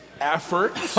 effort